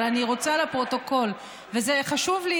אבל אני רוצה לפרוטוקול וזה חשוב לי,